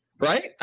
Right